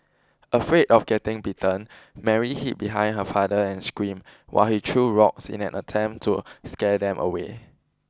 afraid of getting bitten Mary hid behind her father and screamed while he threw rocks in an attempt to scare them away